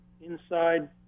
inside